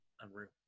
unreal